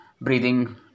breathing